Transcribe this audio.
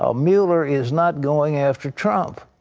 ah mueller is not going after trump.